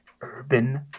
Urban